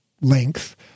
length